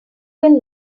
can